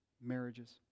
marriages